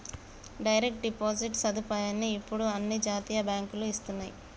direct deposit సదుపాయాన్ని ఇప్పుడు అన్ని జాతీయ బ్యేంకులూ ఇస్తన్నయ్యి